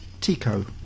Tico